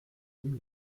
dem